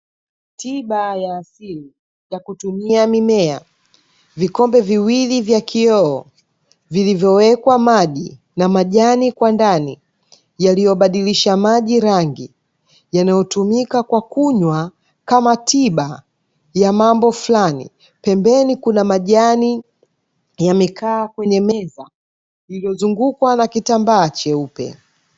Tiba ya asili ya kutumia mimea, vikombe viwili vya kioo, vilivyowekwa maji na majani kwa ndani, yaliyobadilisha maji rangi ,yanayotumika kwa kunywa kama tiba ya mambo fulani, pembeni kuna majani yamejaa kwenye meza iliyozungukwa na kitambaa cheupe.